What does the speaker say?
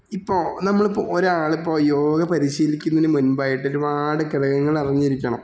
ഇപ്പോൾ നമ്മളിപ്പം ഒരാളിപ്പോൾ യോഗ പരിശീലിക്കുന്നതിന് മുൻപായിട്ട് ഒരുപാട് ഘടകങ്ങളറിഞ്ഞിരിക്കണം